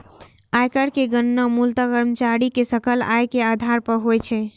आयकर के गणना मूलतः कर्मचारी के सकल आय के आधार पर होइ छै